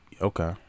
Okay